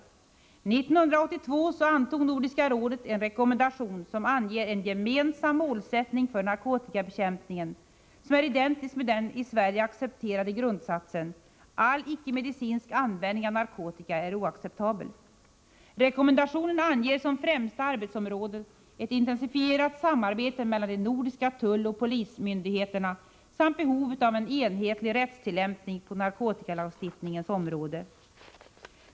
1982 antog Nordiska rådet en rekommendation som anger en gemensam målsättning för narkotikabekämpningen som är identisk med den i Sverige accepterade grundsatsen: all icke-medicinsk användning av narkotika är oacceptabel. Rekommendationen anger som främsta arbetsområden ett intensifierat samarbete mellan de nordiska tulloch polismyndigheterna samt en enhetlig rättstillämpning på narkotikalagstiftningens område.